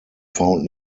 found